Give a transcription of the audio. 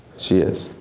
she is.